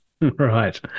Right